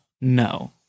No